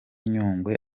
nyungwe